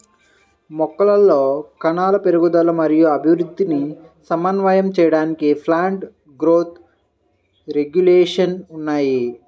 మొక్కలలో కణాల పెరుగుదల మరియు అభివృద్ధిని సమన్వయం చేయడానికి ప్లాంట్ గ్రోత్ రెగ్యులేషన్స్ ఉన్నాయి